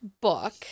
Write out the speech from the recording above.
book